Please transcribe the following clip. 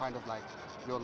kind of like you know